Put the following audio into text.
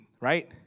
right